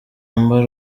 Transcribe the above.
amber